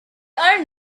are